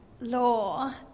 Law